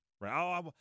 right